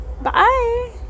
bye